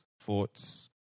thoughts